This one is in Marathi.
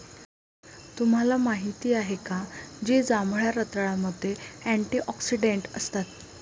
तुम्हाला माहित आहे का की जांभळ्या रताळ्यामध्ये अँटिऑक्सिडेंट असतात?